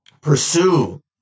pursue